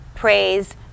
Praise